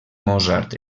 mozart